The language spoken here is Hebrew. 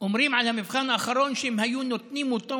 אומרים על המבחן האחרון שאם היו נותנים אותו